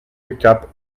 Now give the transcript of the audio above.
recap